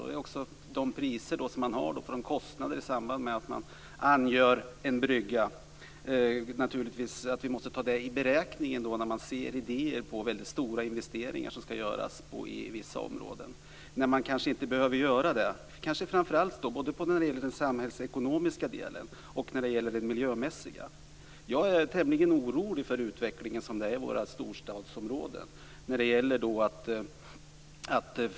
Då måste naturligtvis också kostnaderna i samband med att angöra en brygga tas med i beräkningen när vi tittar på idéer om väldigt stora investeringar som skall göras i vissa områden när man kanske inte behöver göra det - kanske framför allt när det gäller den samhällsekonomiska och den miljömässiga delen. Jag är tämligen orolig för utvecklingen i våra storstadsområden.